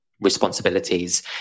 responsibilities